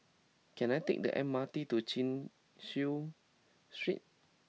can I take the M R T to Chin Chew Street